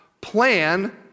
plan